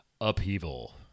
upheaval